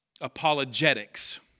apologetics